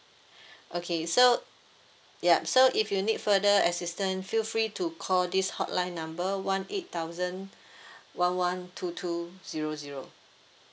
okay so yup so if you need further assistant feel free to call this hotline number one eight thousand one one two two zero zero